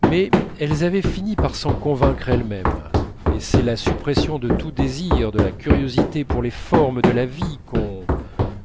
mais elles avaient fini par s'en convaincre elles-mêmes et c'est la suppression de tout désir de la curiosité pour les formes de la vie qu'on